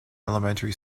elementary